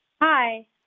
Hi